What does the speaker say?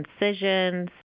incisions